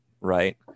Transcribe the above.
right